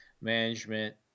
management